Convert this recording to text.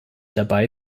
dabei